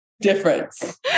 difference